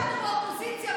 אנחנו באופוזיציה,